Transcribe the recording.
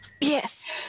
Yes